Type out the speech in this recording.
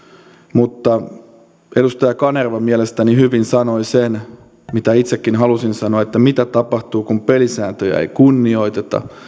mutta edustaja kanerva mielestäni hyvin sanoi sen mitä itsekin halusin sanoa että mitä tapahtuu kun pelisääntöjä ei kunnioiteta